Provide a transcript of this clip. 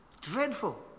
Dreadful